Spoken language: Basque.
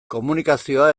komunikazioa